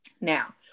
Now